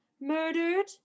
Murdered